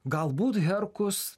galbūt herkus